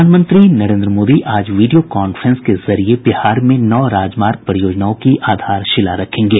प्रधानमंत्री नरेन्द्र मोदी आज video conference के जरिये बिहार में नौ राजमार्ग परियोजनाओं की आधारशिला रखेंगे